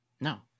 no